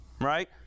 Right